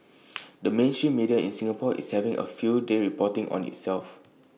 the mainstream media in Singapore is having A field day reporting on itself